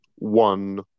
one